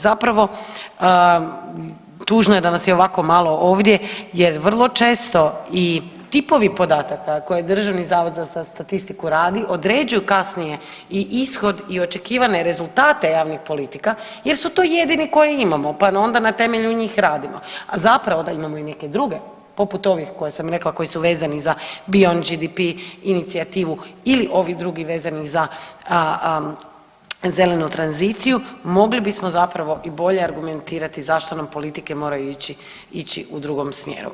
Zapravo tužno je da nas je ovako malo ovdje jer vrlo često i tipovi podataka koje Državni zavod za statistiku radi određuju kasnije i ishod i očekivane rezultate javnih politika jer su to jedini koje imamo, pa onda na temelju njih radimo, a zapravo da imamo i neke druge poput ovih koje sam rekla koji su vezani za … [[Govornik se ne razumije]] inicijativu ili ovi drugi vezani za zelenu tranziciju mogli bismo zapravo i bolje argumentirati zašto nam politike moraju ići, ići u drugom smjeru.